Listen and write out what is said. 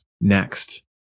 next